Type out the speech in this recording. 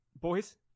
Boys